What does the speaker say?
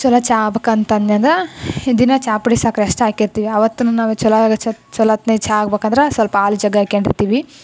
ಛಲೋ ಚಹಾ ಆಗ್ಬೇಕ್ ಅಂತ ಅಂದೆನಂದ್ರ ದಿನ ಚಹಾ ಪುಡಿ ಸಕ್ಕರೆ ಅಷ್ಟೆ ಹಾಕಿರ್ತಿವಿ ಅವತ್ತು ನಾವು ಛಲೋ ಛಲೋ ಹೊತ್ತಿನಾಗ್ ಚಹಾ ಆಗ್ಬೇಕಂದ್ರ ಸ್ವಲ್ಪ ಹಾಲು ಜಗ್ಗಿ ಹಾಕೊಂಡಿರ್ತಿವಿ